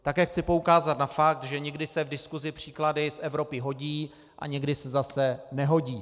Také chci poukázat na fakt, že někdy se v diskusi příklady z Evropy hodí a někdy se zase nehodí.